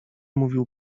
mówił